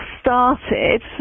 started